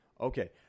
Okay